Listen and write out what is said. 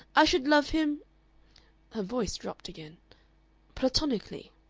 i should love him her voice dropped again platonically.